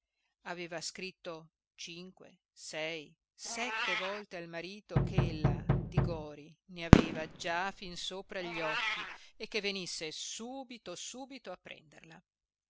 aveva scritto cinque sei sette volte al marito ch'ella di gori ne aveva già fin sopra gli occhi e che venisse subito subito a prenderla